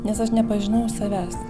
nes aš nepažinau savęs